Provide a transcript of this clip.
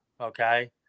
Okay